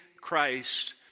Christ